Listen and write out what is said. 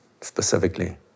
specifically